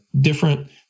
different